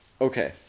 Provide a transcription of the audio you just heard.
Okay